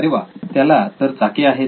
अरे वा त्याला तर चाके आहेत